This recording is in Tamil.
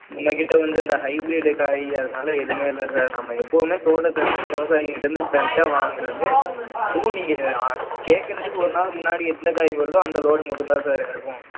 எங்கள் கிட்ட வந்து இந்த ஹைப்ரேடு காய் அது மாதிரிலாம் எதுவுமே இல்லை சார் நம்ம எப்போவுமே தோட்டத்தில் இருந்து விவசாயிங்ககிட்ட இருந்து ஸ்ட்ரெய்ட்டாக வாங்குகிறது ம் அதுவும் நீங்கள் கேட்குறதுக்கு ஒரு நாள் முன்னாடி எந்த காய் வருதோ அந்த லோடு மட்டும் தான் சார் இறக்குவோம்